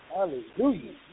Hallelujah